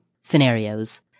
scenarios